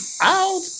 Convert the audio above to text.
out